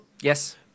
Yes